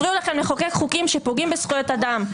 הפריעו לכם לחוקק חוקים שפוגעים בזכויות אדם,